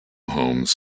homes